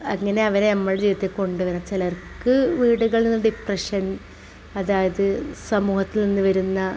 അങ്ങനെ അവരെ നമ്മുടെ ജീവിതത്തിലേക്ക് കൊണ്ടുവരാം ചിലർക്ക് വീടുകളിൽ നിന്ന് ഡിപ്രെഷൻ അതായത് സമൂഹത്തിൽ നിന്ന് വരുന്ന